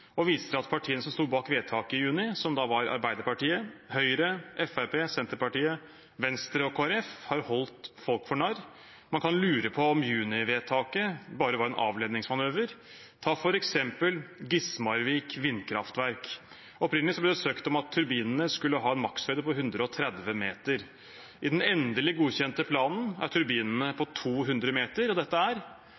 og viser at partiene som sto bak vedtaket i juni – Arbeiderpartiet, Høyre, Fremskrittspartiet, Senterpartiet, Venstre og Kristelig Folkeparti – har holdt folk for narr. Man kan lure på om juni-vedtaket bare var en avledningsmanøver. Ta f.eks. Gismarvik Vindkraftverk: Opprinnelig ble det søkt om at turbinene skulle ha en makshøyde på 130 meter. I den endelig godkjente planen er turbinene på